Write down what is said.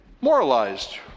moralized